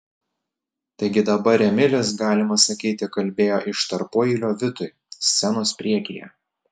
taigi dabar emilis galima sakyti kalbėjo iš tarpueilio vitui scenos priekyje